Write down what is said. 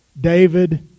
David